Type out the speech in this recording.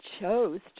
chose